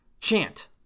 chant